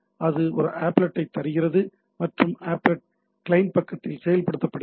அது ஒரு ஆப்லெட்டைத் தருகிறது மற்றும் ஆப்லெட் கிளையன்ட் பக்கத்தில் செயல்படுத்தப்படுகிறது